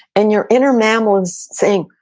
and your inner mammal is saying,